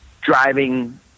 driving